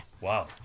Wow